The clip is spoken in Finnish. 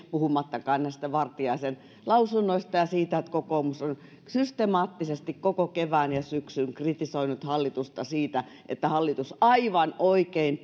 puhumattakaan näistä vartiaisen lausunnoista ja siitä että kokoomus on systemaattisesti koko kevään ja syksyn kritisoinut hallitusta siitä että hallitus aivan oikein